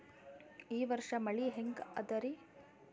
ಈ ವರ್ಷ ಮಳಿ ಹೆಂಗ ಅದಾರಿ?